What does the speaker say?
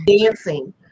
dancing